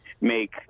make